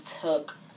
took